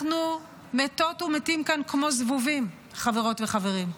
אנחנו מתות ומתים כאן כמו זבובים, חברות וחברים.